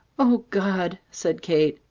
o god! said kate.